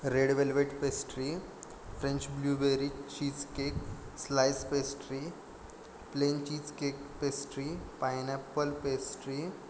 red velvet pastry French blue berry cheese cake slice pastry plain cheese cake pastry pineapple pastry